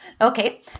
Okay